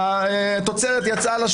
ההסתייגויות לא התקבלו.